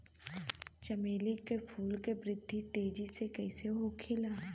चमेली क फूल क वृद्धि तेजी से कईसे होखेला?